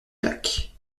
lac